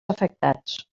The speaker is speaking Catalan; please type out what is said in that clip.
afectats